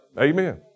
Amen